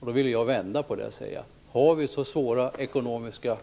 Jag vill vända på det och säga: Har vi så svåra ekonomiska